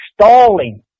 stalling